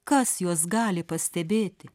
kas juos gali pastebėti